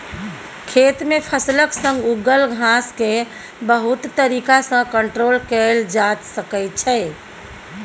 खेत मे फसलक संग उगल घास केँ बहुत तरीका सँ कंट्रोल कएल जा सकै छै